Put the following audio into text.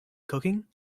cooking